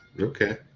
Okay